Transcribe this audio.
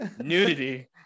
nudity